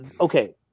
okay